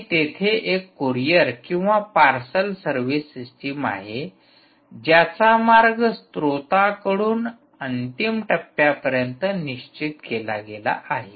आणि तेथे एक कुरिअर किंवा पार्सल सर्व्हिस सिस्टीम आहे ज्याचा मार्ग स्त्रोतांकडून अंतिम टप्प्यापर्यंत निश्चित केला गेला आहे